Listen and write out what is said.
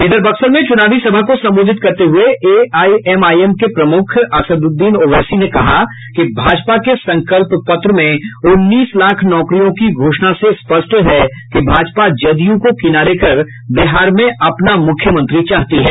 इधर बक्सर में चुनावी सभा को संबोधित करते हुये एआईएमआईएम के प्रमुख असदुद्दीन ओवैसी ने कहा कि भाजपा के संकल्प पत्र में उन्नीस लाख नौकरियों के घोषणा से स्पष्ट है कि भाजपा जदयू को किराने कर बिहार में अपना मुख्यमंत्री चाहती है